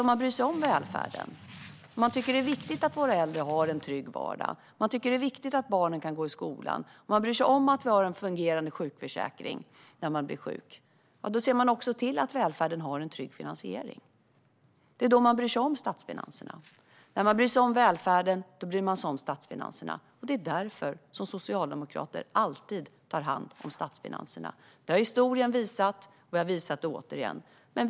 Om man bryr sig om välfärden; om man tycker att det är viktigt att våra äldre har en trygg vardag; om man tycker att det är viktigt att barnen kan gå i skolan; om man bryr sig om att vi har en fungerande sjukförsäkring - då ser man också till att välfärden har en trygg finansiering. Det är då man bryr sig om statsfinanserna. När man bryr sig om välfärden bryr man sig också om statsfinanserna, och det är därför socialdemokrater alltid tar hand om statsfinanserna. Detta har historien visat, och vi har visat det än en gång.